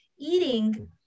eating